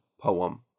poem